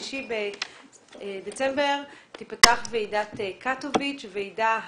ב-3 בדצמבר, אז תיפתח ועידת קטוביץ, הוועידה